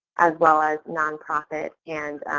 as well as nonprofits and